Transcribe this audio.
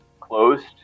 closed